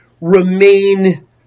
remain